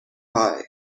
pie